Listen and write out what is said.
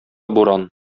буран